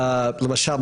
למשל,